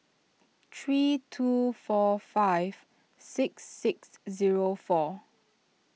three two four five six six zero four